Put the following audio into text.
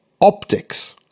optics